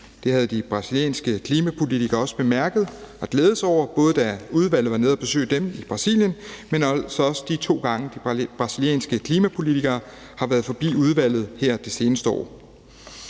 Det havde de brasilianske klimapolitikere også bemærket og glædet sig over, både da udvalget var nede at besøge dem i Brasilien, men også de to gange, hvor de brasilianske klimapolitikere har været forbi udvalget det seneste år.